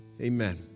Amen